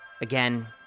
Again